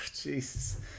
Jesus